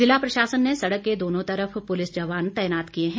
जिला प्रशासन ने सड़क के दोनों तरफ पुलिस जवान तैनात किए हैं